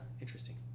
interesting